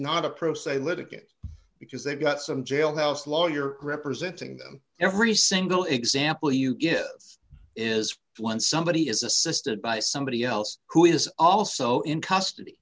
not a pro se litigant because they've got some jailhouse lawyer representing them every single example you give us is when somebody is assisted by somebody else who is also in custody